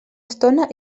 estona